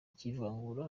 cy’ivangura